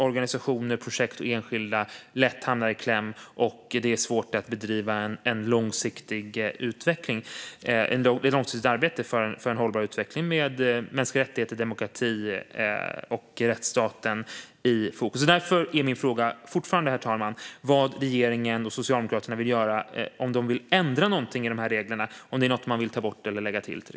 Organisationer, projekt och enskilda hamnar lätt i kläm, och det är svårt att bedriva ett långsiktigt arbete för en hållbar utveckling med mänskliga rättigheter, demokrati och rättsstaten i fokus. Herr talman! Vad vill regeringen och Socialdemokraterna göra? Vill de ändra någonting i reglerna, ta bort eller lägga till?